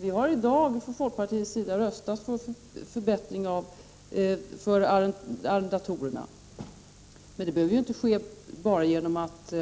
Vi har i dag från folkpartiets sida röstat för förbättringar för arrendatorerna. Men en förbättring behöver inte bara ske genom att